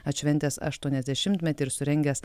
atšventęs aštuoniasdešimtmetį ir surengęs